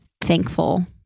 thankful